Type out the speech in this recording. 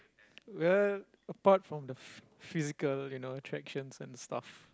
well apart from the phy~ physical you know attractions and stuff